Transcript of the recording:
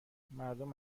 مردم